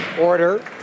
Order